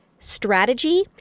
Strategy